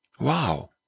Wow